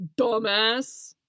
Dumbass